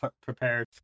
prepared